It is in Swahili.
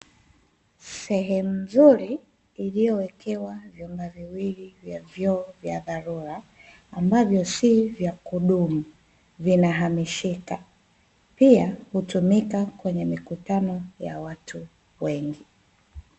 Sehemu nzuri iliyowekewa vyumba viwili vya vyoo vya dharura, ambavyo si vya kudumu, vinahamishika. Pia hutumika kwenye mikutano ya watu wengi.